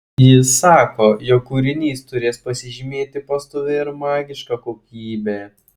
jis sako jog kūrinys turės pasižymėti pastovia ir magiška kokybe